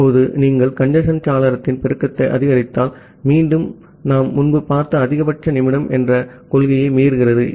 இப்போது நீங்கள் கஞ்சேஸ்ன் சாளரத்தின் பெருக்கத்தை அதிகரித்தால் மீண்டும் நாம் முன்பு பார்த்த அதிகபட்ச நிமிடம் என்ற கொள்கையை மீறுகிறது